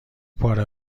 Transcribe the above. پاره